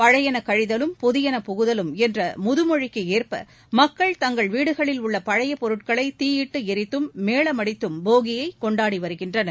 பழையன கழிதலும் புதியன புகுதலும் என்ற முதுமொழிக்கு ஏற்ப மக்கள் தங்கள் வீடுகளில் உள்ள பழைய பொருட்களை தீயிட்டு எரித்தும் மேளமடித்தும் போகியை கொண்டாடி வருகின்றனர்